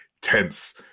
tense